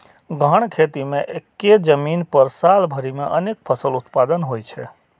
गहन खेती मे एक्के जमीन पर साल भरि मे अनेक फसल उत्पादन होइ छै